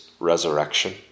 resurrection